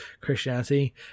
christianity